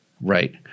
Right